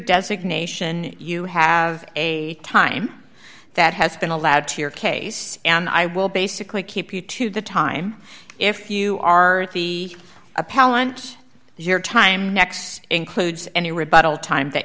designation you have a time that has been allowed to your case and i will basically keep you to the time if you are the appellant your time next includes any rebuttal time that